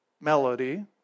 melody